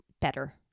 better